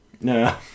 No